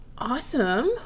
Awesome